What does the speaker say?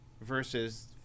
versus